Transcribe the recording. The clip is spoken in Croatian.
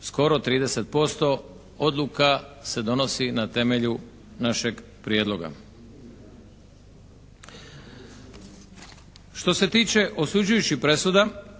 skoro 30% odluka se donosi na temelju našeg prijedloga.